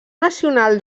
nacional